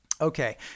Okay